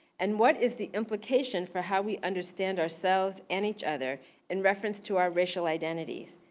and what is the implication for how we understand ourselves and each other in reference to our racial identities?